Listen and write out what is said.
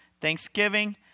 thanksgiving